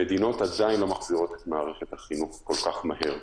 המדינות עדיין לא מחזירות את מערכת החינוך כל כך מהר.